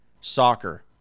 Soccer